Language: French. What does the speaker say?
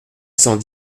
cent